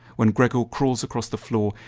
when gregor crawls across the floor,